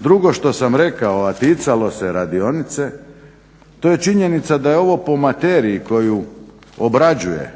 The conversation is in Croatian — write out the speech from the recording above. Drugo što sam rekao a ticalo se radionice to je činjenica da je ovo po materiji koju obrađuje